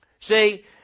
See